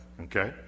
okay